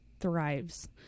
thrives